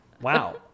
Wow